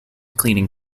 cleaning